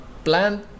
Plant